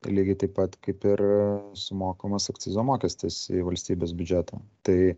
lygiai taip pat kaip ir sumokamas akcizo mokestis į valstybės biudžetą tai